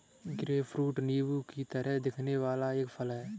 grapefruit नींबू की तरह दिखने वाला एक फल है